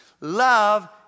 love